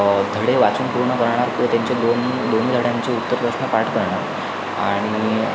धडे वाचून पूर्ण करणार किंवा त्यांचे दोन दोन धड्यांचे उत्तर प्रश्न पाठ करणार आणि